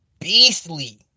beastly